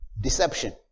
deception